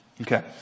Okay